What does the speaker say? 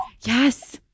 Yes